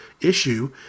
issue